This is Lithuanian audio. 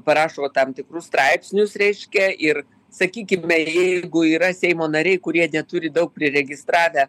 parašo tam tikrus straipsnius reiškia ir sakykime jeigu yra seimo nariai kurie neturi daug priregistravę